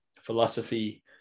philosophy